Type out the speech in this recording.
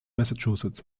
massachusetts